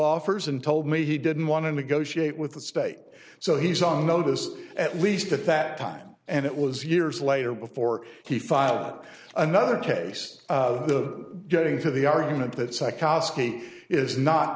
offers and told me he didn't want to negotiate with the state so he's on notice at least at that time and it was years later before he filed another case the getting to the argument that psychopathy is not